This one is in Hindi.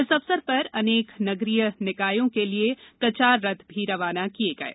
इस अवसर पर अनेक नगरीय निकायों के लिये प्रचार रथ रवाना किये गये